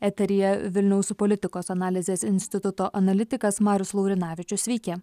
eteryje vilniaus politikos analizės instituto analitikas marius laurinavičius sveiki